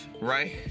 right